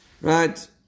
Right